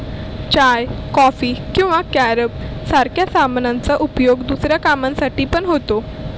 चाय, coffee किंवा carob सारख्या सामानांचा उपयोग दुसऱ्या कामांसाठी पण होता